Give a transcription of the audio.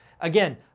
again